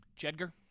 Jedgar